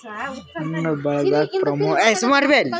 ಹಣ್ಣ್ ಬೆಳ್ಯಾದಕ್ಕ್ ಪೋಮೊಲೊಜಿ ಮತ್ತ್ ಹೂವಾ ಬೆಳ್ಯಾದಕ್ಕ್ ಫ್ಲೋರಿಕಲ್ಚರ್ ಅಂತಾರ್